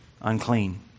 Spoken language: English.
unclean